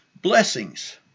blessings